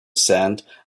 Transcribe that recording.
sand